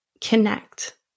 connect